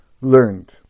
learned